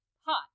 hot